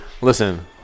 Listen